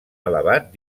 elevat